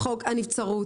חוק הנבצרות.